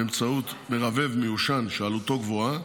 באמצעות מרבב מיושן שעלותו גבוהה,